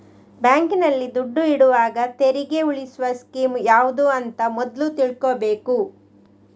ಬ್ಯಾಂಕಿನಲ್ಲಿ ದುಡ್ಡು ಇಡುವಾಗ ತೆರಿಗೆ ಉಳಿಸುವ ಸ್ಕೀಮ್ ಯಾವ್ದು ಅಂತ ಮೊದ್ಲು ತಿಳ್ಕೊಬೇಕು